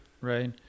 Right